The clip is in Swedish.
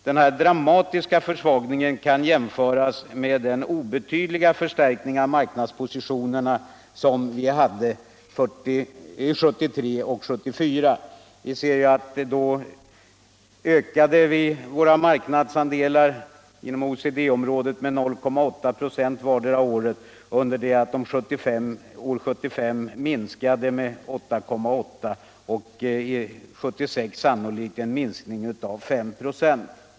Den här dramatiska försvagningen kan jämföras med den obcetydliga förstärkning av marknadspositionerna som vi hade 1973 och 1974. Då ökade vi våra marknadsandelar inom OECD-området med 0,8 26 vartdera året, under det att de år 1975 minskade med 8,8 26 och år 1976 sannolikt minskar med 5 9.